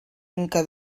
inca